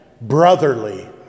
brotherly